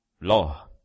law